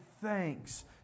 thanks